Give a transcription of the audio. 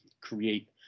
create